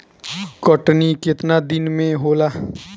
कटनी केतना दिन मे होला?